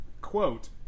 quote